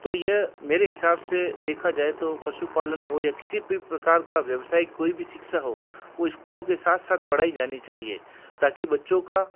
तो यह मेरे हिसाब से देखा जाए तो पशुपालन हो या किसी भी प्रकार का व्यवसाय कोई भी शिक्षा हो वो स्कूलों के साथ साथ पढ़ाई जानी चाहिए ताकि बच्चों का